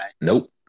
Nope